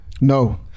No